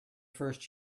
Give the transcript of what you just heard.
first